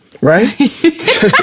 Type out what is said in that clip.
right